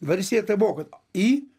valstybė tai buvo kad į